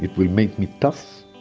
it will make me tough.